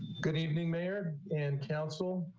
good evening, mayor and council.